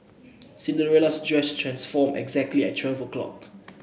Cinderella's dress transformed exactly at twelve o'clock